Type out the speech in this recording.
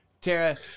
Tara